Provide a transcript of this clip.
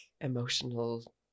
emotional